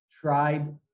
tried